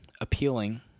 appealing